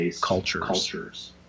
cultures